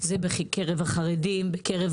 גם בקרב הערבים,